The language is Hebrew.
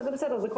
אבל זה בסדר,